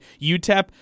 UTEP